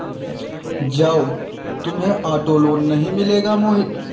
जाओ, तुम्हें auto loan नहीं मिलेगा मोहित